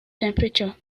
temperature